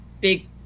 big